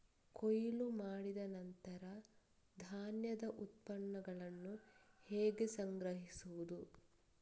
ಕೊಯ್ಲು ಮಾಡಿದ ನಂತರ ಧಾನ್ಯದ ಉತ್ಪನ್ನಗಳನ್ನು ಹೇಗೆ ಸಂಗ್ರಹಿಸುವುದು?